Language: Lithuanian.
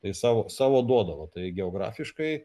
tai savo savo duodavo tai geografiškai